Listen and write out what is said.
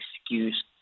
excuse